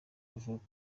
avuga